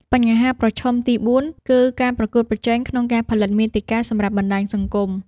បញ្ហាប្រឈមទី៤ គឺការប្រកួតប្រជែងក្នុងការផលិតមាតិកាសម្រាប់បណ្ដាញសង្គម។